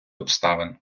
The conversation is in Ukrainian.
обставин